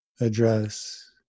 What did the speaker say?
address